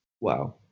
wow